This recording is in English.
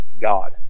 God